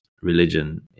religion